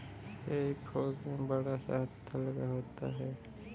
हेई फोक में बड़ा सा हत्था लगा होता है